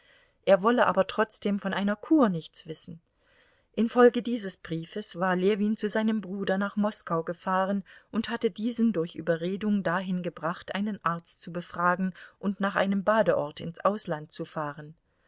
er wolle aber trotzdem von einer kur nichts wissen infolge dieses briefes war ljewin zu seinem bruder nach moskau gefahren und hatte diesen durch überredung dahin gebracht einen arzt zu befragen und nach einem badeort ins ausland zu fahren